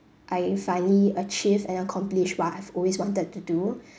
I finally achieved and accomplished what I've always wanted to do